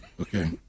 Okay